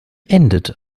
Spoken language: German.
endet